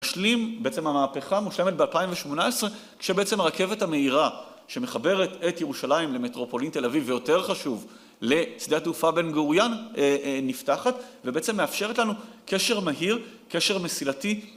משלים... בעצם המהפכה מושלמת ב-2018, כשבעצם הרכבת המהירה שמחברת את ירושלים למטרופולין תל אביב, ויותר חשוב לשדה התעופה בן גוריון, נפתחת, ובעצם מאפשרת לנו קשר מהיר, קשר מסילתי ...